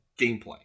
gameplay